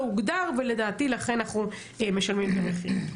הוגדר ולדעתי לכן אנחנו משלמים את המחיר.